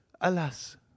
Alas